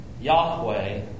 Yahweh